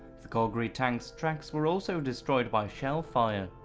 the calgary tank's tracks were also destroyed by shellfire.